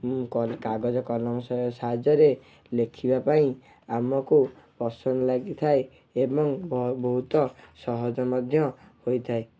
ମୁଁ କାଗଜ କଲମ ସାହାଯ୍ୟରେ ଲେଖିବା ପାଇଁ ଆମକୁ ପସନ୍ଦ ଲାଗିଥାଏ ଏବଂ ବହୁତ ସହଜ ମଧ୍ୟ ହୋଇଥାଏ